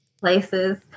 places